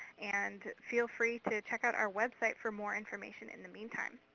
and feel free to check out our website for more information in the meantime.